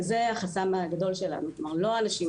זה החסם הגדול שלנו, לא האנשים.